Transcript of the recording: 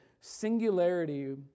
singularity